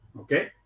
okay